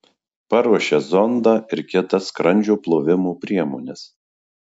paruošia zondą ir kitas skrandžio plovimo priemones